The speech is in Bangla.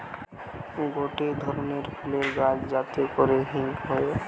গটে ধরণের ফুলের গাছ যাতে করে হিং হয়ে